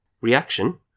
Reaction